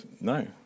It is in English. No